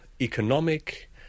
economic